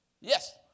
Yes